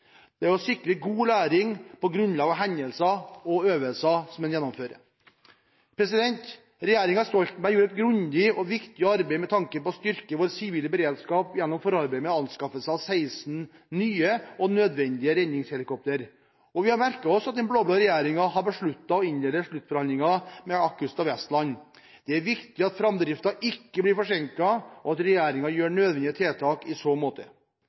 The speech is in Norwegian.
å sikre god læring på grunnlag av hendelser og øvelser man gjennomfører. Regjeringen Stoltenberg gjorde et grundig og viktig arbeid med tanke på å styrke vår sivile beredskap gjennom forarbeidet med anskaffelse av 16 nye og nødvendige redningshelikoptre, og vi har merket oss at den blå-blå regjeringen har besluttet å innlede sluttforhandlinger med AgustaWestland. Det er viktig at framdriften ikke blir forsinket, og at regjeringen gjør nødvendige tiltak i så måte.